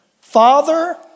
Father